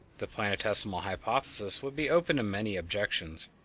the planetesimal hypothesis would be open to many objections.